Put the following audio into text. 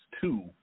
two